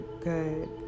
good